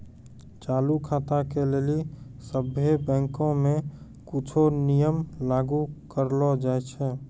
चालू खाता के लेली सभ्भे बैंको मे कुछो नियम लागू करलो जाय छै